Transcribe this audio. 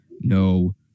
no